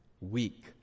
weak